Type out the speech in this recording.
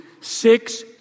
six